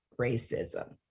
racism